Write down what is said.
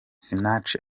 sinach